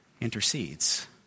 intercedes